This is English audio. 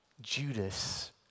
Judas